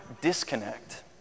disconnect